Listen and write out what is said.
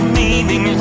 meaning